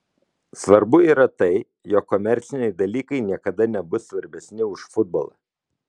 svarbu yra tai jog komerciniai dalykai niekada nebus svarbesni už futbolą